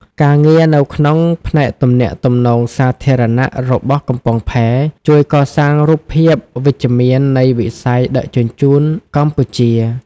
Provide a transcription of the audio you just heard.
ការងារនៅក្នុងផ្នែកទំនាក់ទំនងសាធារណៈរបស់កំពង់ផែ ជួយកសាងរូបភាពវិជ្ជមាននៃវិស័យដឹកជញ្ជូនកម្ពុជា។